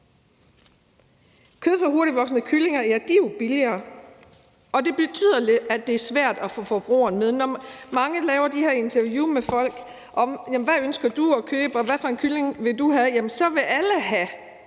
Kød fra hurtigtvoksende kyllinger er jo billigere, og det betyder, at det er svært at få forbrugerne med. Når man laver de her interview med folk om, hvad de ønsker at købe, og hvilken kylling de vil have, så siger alle, at